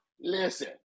Listen